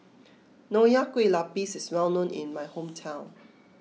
Nonya Kueh Lapis is well known in my hometown